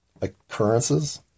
occurrences